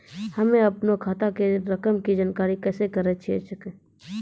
हम्मे अपनो खाता के रकम के जानकारी कैसे करे सकय छियै?